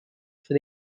for